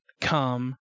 come